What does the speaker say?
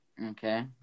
Okay